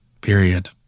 Period